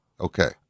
Okay